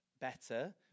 better